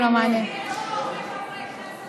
אולי תספרי לנו על השבת,